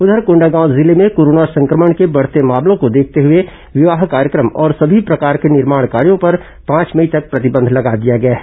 उधर कोंडागांव जिले में कोरोना संक्रमण के बढ़ते मामलों को देखते हुए विवाह कार्यक्रम और समी प्रकार के निर्माण कार्यों पर पांच मई तक प्रतिबंध लगा दिया गया है